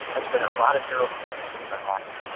that's why a lot of neuro connections are happening.